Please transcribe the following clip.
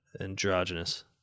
androgynous